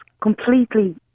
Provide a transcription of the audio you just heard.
completely